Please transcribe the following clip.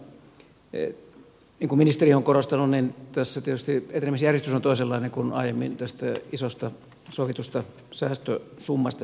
niin kuin ministeri on korostanut niin tässä tietysti etenemisjärjestys on toisenlainen kuin aiemmin tästä isosta sovitusta säästösummasta johtuen